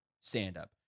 stand-up